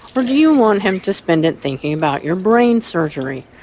or do you want him to spend it thinking about your brain surgery?